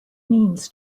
means